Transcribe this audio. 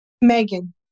Megan